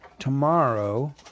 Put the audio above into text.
Tomorrow